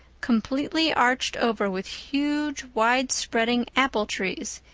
completely arched over with huge, wide-spreading apple-trees,